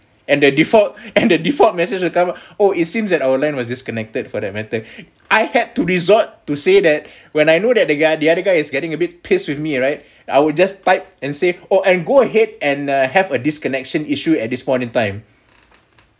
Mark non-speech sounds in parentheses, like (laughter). and the default and the default message will come oh it seems that our line was disconnected for that matter I had to resort to say that (breath) when I know that the guy the other guy is getting a bit pissed with me right I will just type and say oh and go ahead and uh have a disconnection issue at this point in time